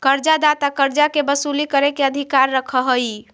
कर्जा दाता कर्जा के वसूली करे के अधिकार रखऽ हई